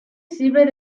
sirve